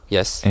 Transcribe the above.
Yes